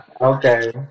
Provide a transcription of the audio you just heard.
Okay